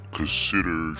consider